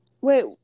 Wait